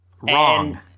Wrong